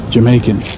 Jamaican